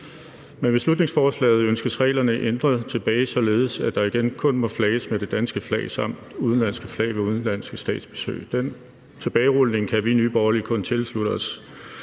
Med beslutningsforslaget ønskes reglerne ændret tilbage, således at der igen kun må flages med det danske flag samt udenlandske flag ved udenlandske statsbesøg. Den tilbagerulning kan vi i Nye Borgerlige kun tilslutte os.